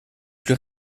plus